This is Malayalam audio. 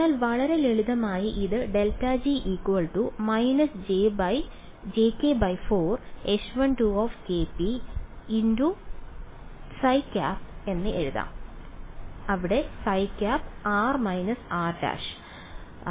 അതിനാൽ വളരെ ലളിതമായി ഇത് ∇g jk4H1kρζˆ ζ r − r′ വീഡിയോയിലെ സ്ക്രിപ്റ്റ് r ആയി മാറുന്നു